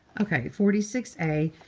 ok. forty six a.